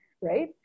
Right